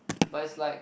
but it's like